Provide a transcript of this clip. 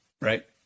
right